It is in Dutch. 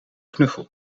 knuffel